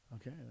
Okay